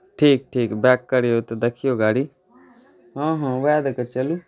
ठीक ठीक बैक करियौ तऽ देखियौ गाड़ी हँ हँ उएह दऽ कऽ चलू